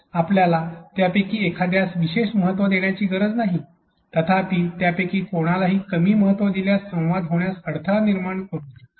आपल्याला त्यापैकी एखाद्यास विशेषतः महत्त्व देण्याची गरज नाही तथापि त्यापैकी कोणालाही कमी महत्त्व दिल्यास संवाद होण्यास अडथळा करू शकते